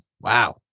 wow